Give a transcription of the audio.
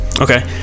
Okay